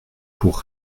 pour